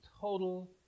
total